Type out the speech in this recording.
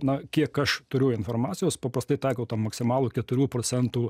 na kiek aš turiu informacijos paprastai taiko tą maksimalų keturių procentų